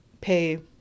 pay